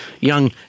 young